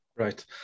Right